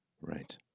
Right